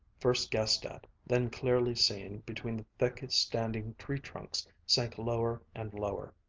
first guessed at, then clearly seen between the thick-standing tree-trunks, sank lower and lower.